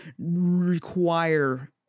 require